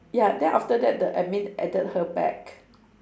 ya then after that the admin added her back